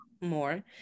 more